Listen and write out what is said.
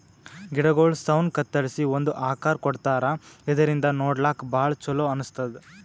ಗಿಡಗೊಳ್ ಸೌನ್ ಕತ್ತರಿಸಿ ಒಂದ್ ಆಕಾರ್ ಕೊಡ್ತಾರಾ ಇದರಿಂದ ನೋಡ್ಲಾಕ್ಕ್ ಭಾಳ್ ಛಲೋ ಅನಸ್ತದ್